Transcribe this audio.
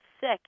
sick